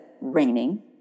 raining